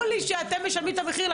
שאתם משלמים את המחיר,